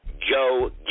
Joe